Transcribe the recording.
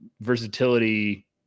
versatility